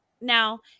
now